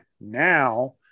now